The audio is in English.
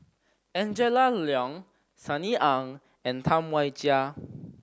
Angela Liong Sunny Ang and Tam Wai Jia